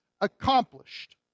accomplished